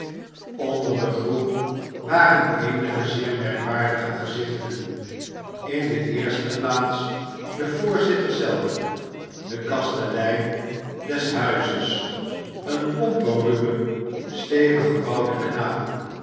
onder de groep waren eenige zeer merkwaardige gezichten in de eerste plaats de voorzitter zelf de kastelein des huizes een plompe ruwe stevig gebouwde knaap